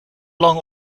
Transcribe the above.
lang